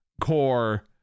core